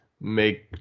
make